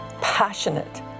passionate